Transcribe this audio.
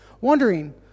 wondering